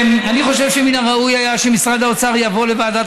אני חושב שמן הראוי היה שמשרד האוצר יבוא לוועדת